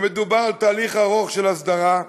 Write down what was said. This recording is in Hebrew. מדובר על תהליך ארוך של הסדרה,